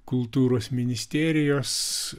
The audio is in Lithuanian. kultūros ministerijos